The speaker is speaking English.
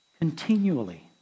continually